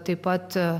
taip pat